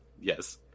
Yes